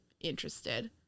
interested